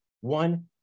one